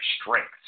strengths